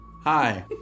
Hi